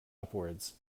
upwards